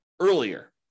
earlier